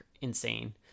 insane